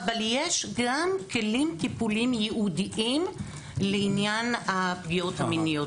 אבל יש גם כלים טיפוליים ייעודיים לפגיעות המיניות.